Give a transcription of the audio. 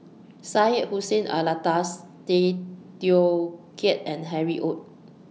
Syed Hussein Alatas Tay Teow Kiat and Harry ORD